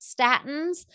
statins